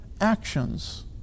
actions